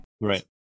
right